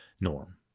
norm